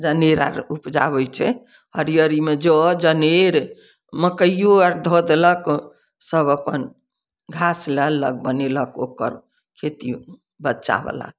जे जनेर आर उपजाबै छै हरियरीमे जौ जनेर मकइयो आर धऽ देलक सब अपन घास ले लेलक बनेलक ओकर खेती बच्चा बाला